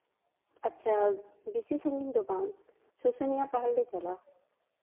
ᱟᱪᱪᱷᱟ ᱵᱮᱥᱤ ᱥᱟᱺᱜᱤᱧ ᱫᱚ ᱵᱟᱝ ᱥᱩᱥᱩᱱᱤᱭᱟ ᱯᱟᱦᱟᱲ ᱞᱮ ᱪᱟᱞᱟᱜᱼᱟ